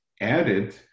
added